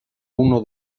uno